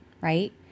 right